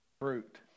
Fruit